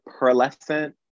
pearlescent